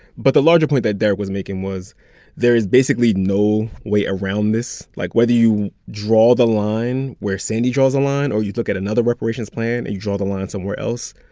but the larger point that darrick was making was there is basically no way around this. like, whether you draw the line where sandy draws the line or you look at another reparations plan and you draw the line somewhere else,